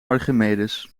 archimedes